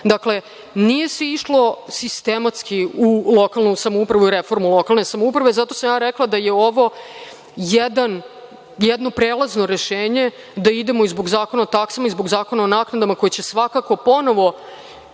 Dakle, nije se išlo sistematski u lokalnu samoupravu, reformu lokalne samouprave i zato sam rekla da je ovo jedno prelazno rešenje, da idemo i zbog Zakona o taksama i zbog Zakona o naknadama, koji će svakako ponovo